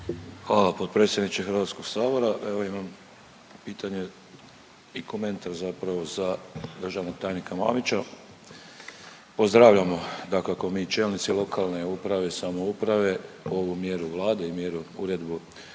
Hvala potpredsjedniče Hrvatskog sabora. Evo imam pitanje i komentar zapravo za državnog tajnika Mamića. Pozdravljamo dakako mi čelnici lokalne uprave i samouprave ovu mjeru Vlade i mjeru, uredbu